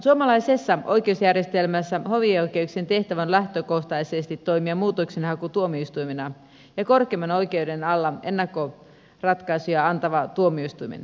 suomalaisessa oikeusjärjestelmässä hovioikeuksien tehtävä on lähtökohtaisesti toimia muutoksenhakutuomioistuimena ja korkeimman oikeuden alla ennakkoratkaisuja antavana tuomioistuimena